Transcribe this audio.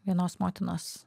vienos motinos